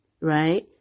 right